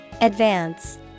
Advance